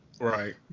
Right